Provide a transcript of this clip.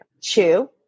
Two